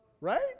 Right